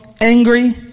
Angry